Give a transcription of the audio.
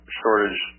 shortage